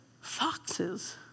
foxes